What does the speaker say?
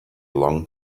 long